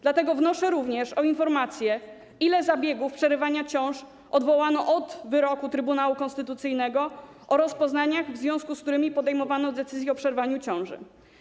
Dlatego wnoszę również o informację, ile zabiegów przerywania ciąży odwołano od ogłoszenia wyroku Trybunału Konstytucyjnego o rozpoznaniach, w związku z którymi podejmowano decyzję o przerwaniu ciąży.